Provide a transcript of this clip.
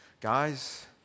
Guys